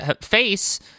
face